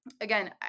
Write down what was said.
Again